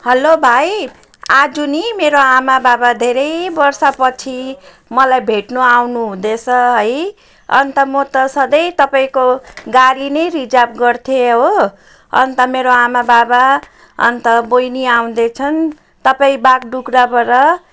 hello भाइ आज नि मेरो आमाबाबा धेरै वर्षपछि मलाई भेट्नु आउनुहुँदैछ है अन्त म त सधैँ तपाईँको गाडी नै रिजर्व गर्थेँ हो अन्त मेरो आमाबाबा अन्त बहिनी आउँदैछन् तपाईँ बाघडोग्राबाट